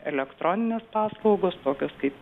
elektroninės paslaugos tokios kaip